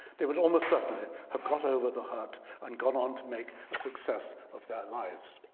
they would almost certainly have got over the hurt and gone on to make a success of their lives.